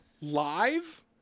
live